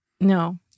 No